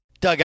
Doug